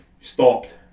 stopped